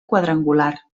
quadrangular